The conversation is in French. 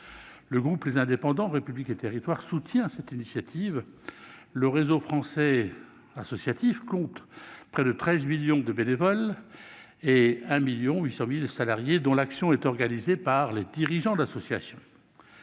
Le groupe Les Indépendants - République et Territoires soutient cette initiative. Le réseau associatif français compte près de 13 millions de bénévoles et 1,8 million de salariés, dont l'action est organisée par les dirigeants d'association.